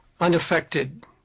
unaffected